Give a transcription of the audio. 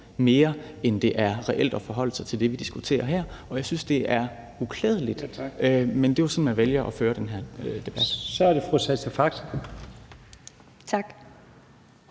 mere end det er reelt at forholde sig til det, vi diskuterer her. Og jeg synes, det er uklædeligt, men det er jo sådan, man vælger at føre den her debat. Kl. 13:29 Første